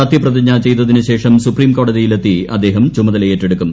സത്യപ്രതിജ്ഞ് ചെയ്തതിനു ശേഷം സുപ്രീം കോടതിയിലെത്തി അദ്ദേഹം ചുമതലയേറ്റെടുക്കും